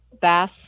Bass